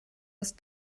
ist